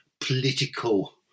political